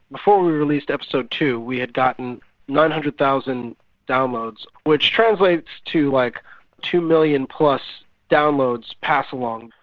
before we released episode two we had gotten nine hundred thousand downloads, which translates to like two million plus downloads pass along.